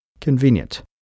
Convenient